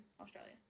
australia